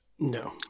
No